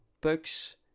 books